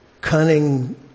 cunning